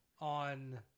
on